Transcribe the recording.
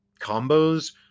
combos